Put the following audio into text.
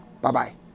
Bye-bye